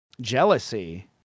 jealousy